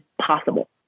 possible